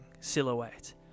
silhouette